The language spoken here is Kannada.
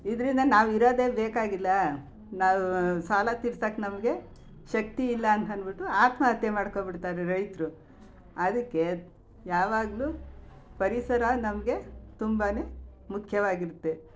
ಇದರಿಂದ ನಾವು ಇರೋದೆ ಬೇಕಾಗಿಲ್ಲ ನಾವು ಸಾಲ ತೀರ್ಸಕ್ಕೆ ನಮಗೆ ಶಕ್ತಿ ಇಲ್ಲಾಂತಂದ್ಬಿಟ್ಟು ಆತ್ಮಹತ್ಯೆ ಮಾಡ್ಕೊಬಿಡ್ತಾರೆ ರೈತರು ಅದಕ್ಕೆ ಯಾವಾಗಲೂ ಪರಿಸರ ನಮಗೆ ತುಂಬ ಮುಖ್ಯವಾಗಿರುತ್ತೆ